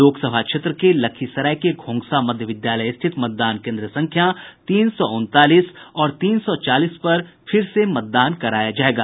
लोकसभा क्षेत्र के लखीसराय के घोंघसा मध्य विद्यालय स्थित मतदान केंद्र संख्या तीन सौ उन्तालीस और तीन सौ चालीस पर फिर से मतदान कराया जायेगा